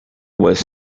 was